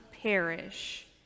perish